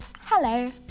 Hello